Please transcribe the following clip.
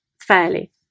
fairly